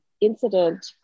incident